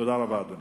תודה רבה, אדוני.